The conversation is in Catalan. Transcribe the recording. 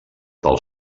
del